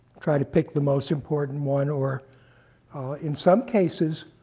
try to pick the most important one. or in some cases,